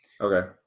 Okay